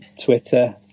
Twitter